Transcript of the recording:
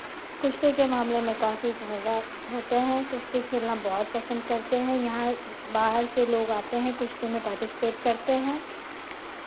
कुश्ती के मामले में काफी समझदार होते हैं कुश्ती खेलना बहुत पसंद करते हैं यहाँ बाहर से लोग आते हैं कुश्ती में पार्टीसिपेट करते हैं